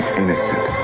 innocent